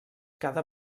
cada